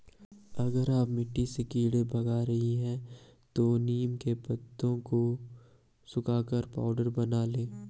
अगर आप मिट्टी से कीड़े भगा रही हैं तो नीम के पत्तों को सुखाकर पाउडर बना लें